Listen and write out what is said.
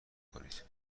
کنید